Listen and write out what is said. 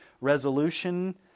resolution